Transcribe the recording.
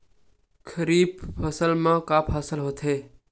खरीफ फसल मा का का फसल होथे?